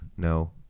No